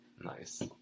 Nice